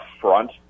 front